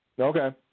Okay